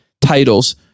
titles